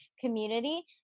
community